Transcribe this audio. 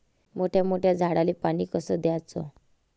मोठ्या मोठ्या झाडांले पानी कस द्याचं?